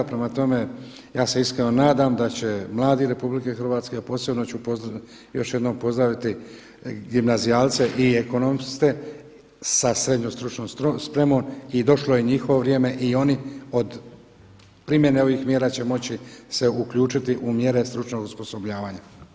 Prema tome, ja se iskreno nadam da će mladi RH a posebno ću još jednom pozdraviti gimnazijalce i ekonomiste sa srednjom stručnom spremom i došlo je i njihovo vrijeme i oni od primjene ovih mjera će moći se uključiti u mjere stručnog osposobljavanja.